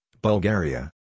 Bulgaria